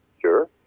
sure